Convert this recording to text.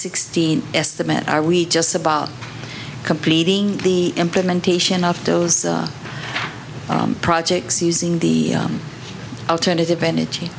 sixteen estimate are we just about completing the implementation of those projects using the alternative energy